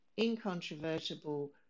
incontrovertible